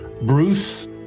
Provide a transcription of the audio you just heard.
Bruce